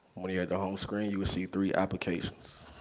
when you hit the home screen, you will see three applications.